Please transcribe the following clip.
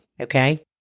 okay